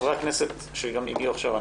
חברי הכנסת שגם הגיעו עכשיו,